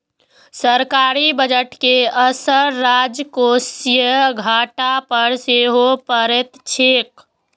सरकारी बजट के असर राजकोषीय घाटा पर सेहो पड़ैत छैक